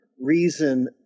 reason